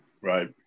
Right